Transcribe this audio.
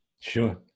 sure